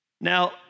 Now